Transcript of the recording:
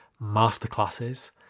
masterclasses